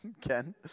Ken